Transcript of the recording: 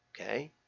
okay